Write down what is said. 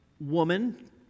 woman